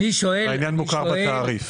והעניין מוכר בתעריף.